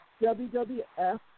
WWF